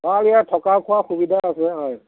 অঁ ইয়াত থকা খোৱা সুবিধা আছে হয়